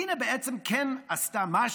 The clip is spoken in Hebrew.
דינה בעצם כן עשתה משהו.